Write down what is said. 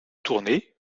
tournée